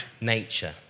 nature